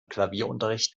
klavierunterricht